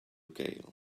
gel